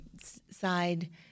side